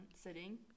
sitting